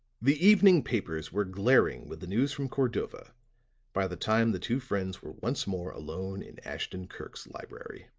the evening papers were glaring with the news from cordova by the time the two friends were once more alone in ashton-kirk's library.